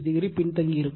86o பின்தங்கியிருக்கும்